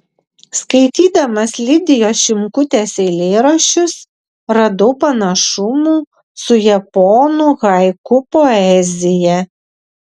skaitydamas lidijos šimkutės eilėraščius radau panašumų su japonų haiku poezija